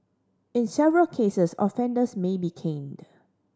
in several cases offenders may be caned